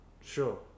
Sure